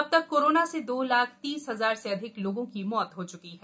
अब तक कोरोना से दो लाख तीस हजार से अधिक लोगों की मौत हो च्की है